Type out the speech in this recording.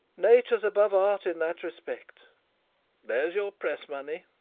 nature s above art in that respect there's your press money.